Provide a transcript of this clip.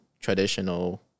traditional